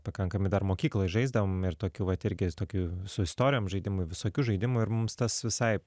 pakankamai dar mokykloj žaisdavom ir tokių vat irgi tokių su istorijom žaidimų visokių žaidimų ir mums tas visai